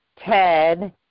Ted